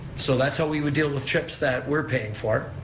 so that's how we would deal with trips that we're paying for,